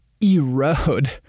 erode